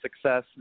success